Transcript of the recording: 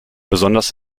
besonders